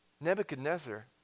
Nebuchadnezzar